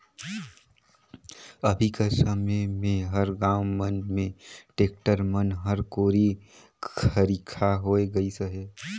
अभी कर समे मे हर गाँव मन मे टेक्टर मन हर कोरी खरिखा होए गइस अहे